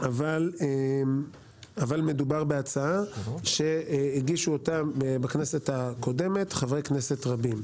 אבל מדובר בהצעה שהגישו אותה בכנסת הקודמת חברי כנסת רבים.